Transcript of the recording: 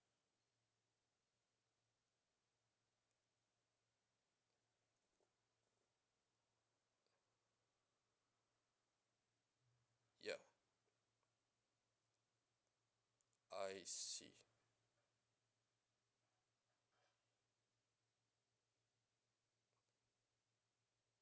ya I see